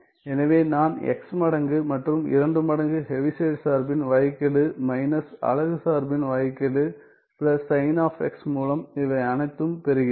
எனவே நான் x மடங்கு மற்றும் 2 மடங்கு ஹெவிசைட் சார்பின் வகைக்கெழு மைனஸ் அலகு சார்பின் வகைக்கெழு பிளஸ் சைன் ஆப் x மூலம் இவை அனைத்தும் பெறுகிறேன்